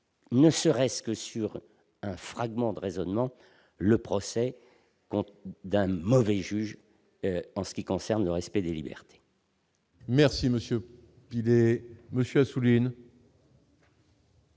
ne serait-ce que sur un fragment de raisonnement le procès compte d'un mauvais juge en ce qui concerne le respect des libertés. Merci monsieur idée monsieur souligne.